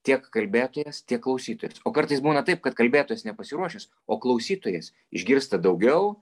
tiek kalbėtojas tiek klausytojas o kartais būna taip kad kalbėtojas nepasiruošęs o klausytojas išgirsta daugiau